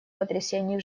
потрясений